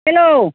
hello